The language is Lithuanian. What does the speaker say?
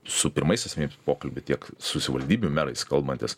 su pirmais asmenimis pokalbį tiek su savivaldybių merais kalbantis